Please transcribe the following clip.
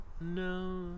No